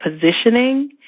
positioning